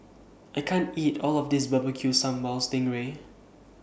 I can't eat All of This Barbecue Sambal Sting Ray